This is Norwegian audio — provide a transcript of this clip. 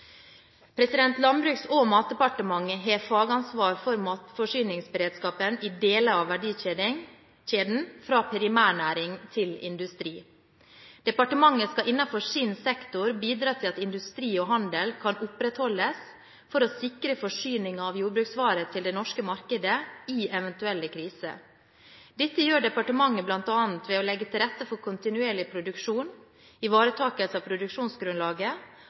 Landbruks- og matdepartementet har fagansvar for matforsyningsberedskapen i deler av verdikjeden, fra primærnæring til industri. Departementet skal innenfor sin sektor bidra til at industri og handel kan opprettholdes for å sikre forsyninger av jordbruksvarer til det norske markedet i eventuelle kriser. Dette gjør departementet bl.a. ved å legge til rette for kontinuerlig produksjon, ivaretakelse av produksjonsgrunnlaget